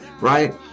right